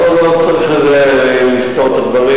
לא צריך לסתור את הדברים,